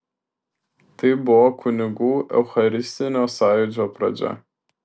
tai buvo kunigų eucharistinio sąjūdžio pradžia